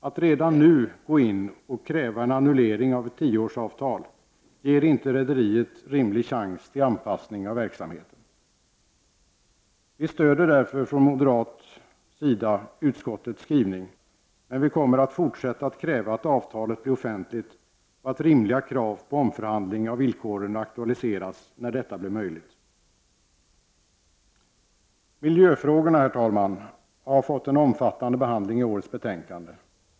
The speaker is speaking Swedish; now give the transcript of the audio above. Att redan nu gå in och kräva en annullering av ett tioårsavtal ger inte rederiet rimlig chans till anpassning av verksamheten. Vi stöder därför från moderat sida utskottets skrivning, men vi kommer att fortsätta att kräva att avtalet blir offentligt och att rimliga krav på omförhandling av villkoren aktualiseras när detta blir möjligt. Miljöfrågorna har fått en omfattande behandling i årets betänkande.